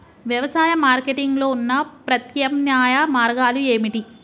వ్యవసాయ మార్కెటింగ్ లో ఉన్న ప్రత్యామ్నాయ మార్గాలు ఏమిటి?